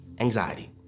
anxiety